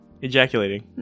ejaculating